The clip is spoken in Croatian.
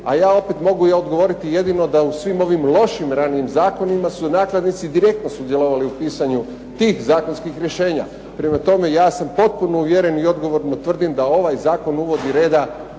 A ja opet mogu odgovoriti jedino da u svim ovim lošim ranijim zakonima su nakladnici direktno sudjelovali u pisanju tih zakonskih rješenja. Prema tome, ja sam potpuno uvjeren i odgovorno tvrdim da ovaj zakon uvodi reda